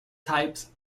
types